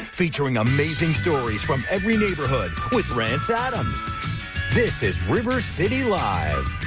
feature amazing stories from every neighborhood, this is river city live.